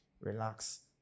Relax